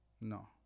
No